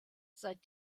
seit